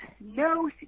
no